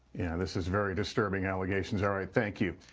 this is very disturbing allegations. all right. thank you.